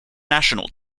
national